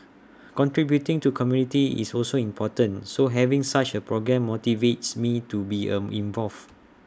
contributing to community is also important so having such A programme motivates me to be an involved